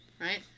right